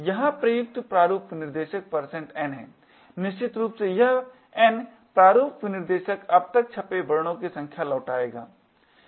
यहाँ प्रयुक्त प्रारूप विनिर्देशक n है निश्चित रूप से यह n प्रारूप विनिर्देशक अब तक छपे वर्णों की संख्या लौटाएगा